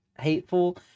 hateful